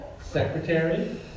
Secretary